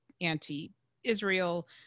anti-Israel